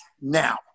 now